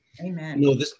Amen